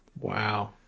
Wow